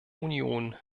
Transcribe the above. union